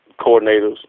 coordinators